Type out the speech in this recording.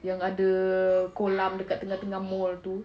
yang ada kolam dekat tengah-tengah mall tu